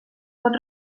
pot